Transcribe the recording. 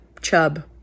chub